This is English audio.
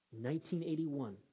1981